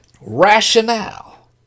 rationale